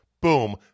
Boom